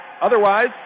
Otherwise